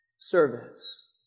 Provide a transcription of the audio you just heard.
service